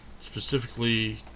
specifically